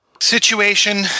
situation